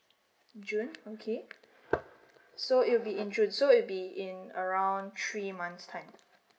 june okay so it will be in june so it be in around three months time